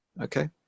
okay